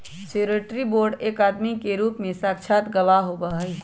surety bond एक आदमी के रूप में साक्षात गवाह होबा हई